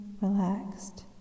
relaxed